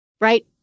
right